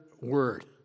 word